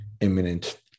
imminent